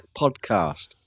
podcast